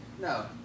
No